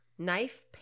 Knife